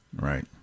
Right